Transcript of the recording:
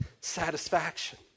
satisfaction